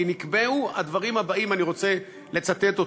כי נקבעו הדברים הבאים, אני רוצה לצטט אותם: